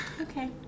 Okay